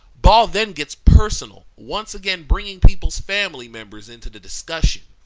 ball then gets personal, once again bringing people's family members into the discussion.